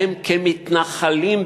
כ"מתנחלים"